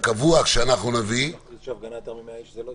בחוק הקבוע שאנחנו נביא --- אבל רגע,